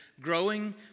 growing